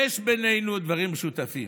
יש בינינו דברים משותפים.